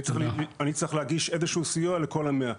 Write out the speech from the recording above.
אני צריך להגיש איזשהו סיוע לכל ה-100.